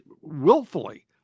willfully